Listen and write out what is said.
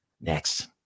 next